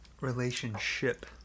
relationship